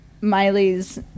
Miley's